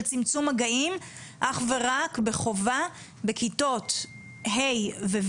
המתווה של צמצום מגעים אך ורק בחובה בכיתות ה'-ו',